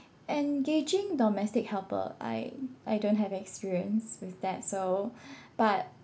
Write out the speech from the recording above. engaging domestic helper I I don't have experience with that so but